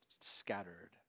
scattered